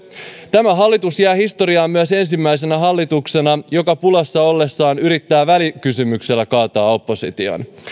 tämä hallitus jää historiaan myös ensimmäisenä hallituksena joka pulassa ollessaan yrittää välikysymyksellä kaataa opposition